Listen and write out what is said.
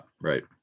right